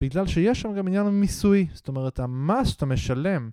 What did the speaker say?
בגלל שיש שם גם עניין המיסויי, זאת אומרת, המס שאתה משלם